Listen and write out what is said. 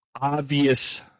obvious